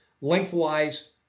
Lengthwise